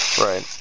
Right